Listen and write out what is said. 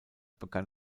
begann